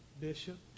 Bishop